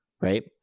right